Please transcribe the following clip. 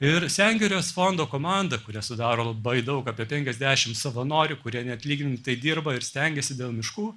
ir sengirės fondo komanda kurią sudaro labai daug apie penkiasdešimt savanorių kurie neatlygintai dirba ir stengiasi dėl miškų